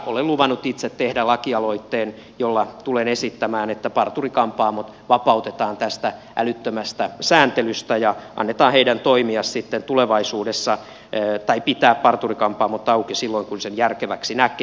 olen luvannut itse tehdä lakialoitteen jolla tulen esittämään että parturi kampaamot vapautetaan tästä älyttömästä sääntelystä ja annetaan niiden toimia siten tulevaisuudessa ey heidän pitää parturi kampaamot auki silloin kun sen järkeväksi näkee